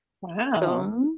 Wow